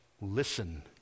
listen